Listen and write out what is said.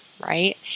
right